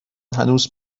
هنوز